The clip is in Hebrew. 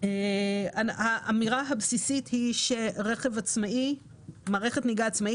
האמירה הבסיסית היא שמערכת נהיגה עצמאית